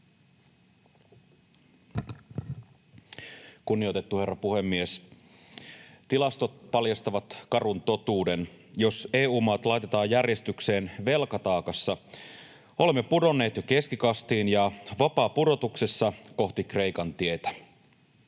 Kunnioitettu herra puhemies! Tilastot paljastavat karun totuuden: jos EU-maat laitetaan järjestykseen velkataakassa, olemme pudonneet jo keskikastiin ja vapaapudotuksessa kohti Kreikan tietä.